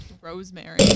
Rosemary